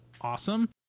awesome